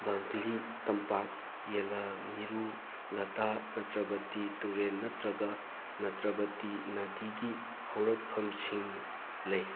ꯕꯪꯒ꯭ꯂꯤ ꯇꯝꯄꯥꯛ ꯌꯦꯂꯥꯅꯤꯔꯨ ꯘꯠꯇ ꯅꯇ꯭ꯔꯚꯇꯤ ꯇꯨꯔꯦꯜ ꯅꯇ꯭ꯔꯒ ꯅꯦꯇ꯭ꯔꯚꯇꯤ ꯅꯗꯤꯒꯤ ꯍꯧꯔꯛꯐꯝꯁꯤꯡ ꯂꯩ